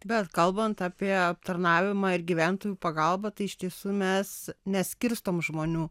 bet kalbant apie aptarnavimą ir gyventojų pagalbą tai iš tiesų mes neskirstom žmonių